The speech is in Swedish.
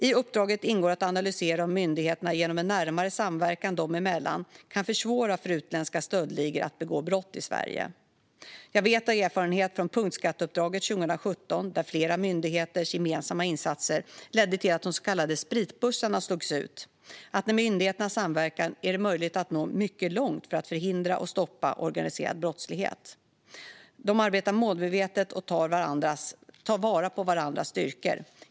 I uppdraget ingår att analysera om myndigheterna genom en närmare samverkan sig emellan kan försvåra för utländska stöldligor att begå brott i Sverige. Jag vet av erfarenhet från punktskatteuppdraget 2017, där flera myndigheters gemensamma insatser ledde till att de så kallade spritbussarna slogs ut, att när myndigheterna samverkar är det möjligt att nå mycket långt för att förhindra och stoppa organiserad brottslighet. De arbetar målmedvetet och tar vara på varandras styrkor.